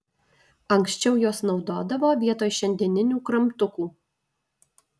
anksčiau juos naudodavo vietoj šiandienių kramtukų